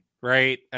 right